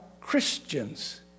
Christians